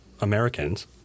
Americans